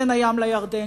בין הים לירדן,